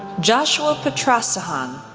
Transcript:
joshua putrasahan,